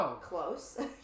close